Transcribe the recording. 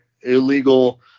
illegal